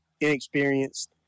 inexperienced